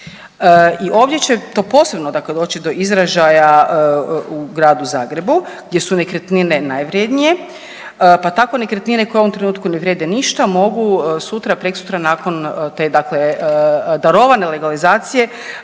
i ovdje će to posebno dakle doći do izražaja u Gradu Zagrebu gdje su nekretnine najvrijednije, pa tako nekretnine koje u ovom trenutku ne vrijede ništa, mogu sutra, preksutra nakon te dakle darovane legalizacije